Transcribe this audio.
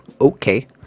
Okay